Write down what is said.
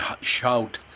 shout